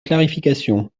clarification